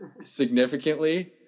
significantly